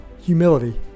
humility